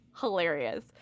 hilarious